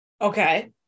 Okay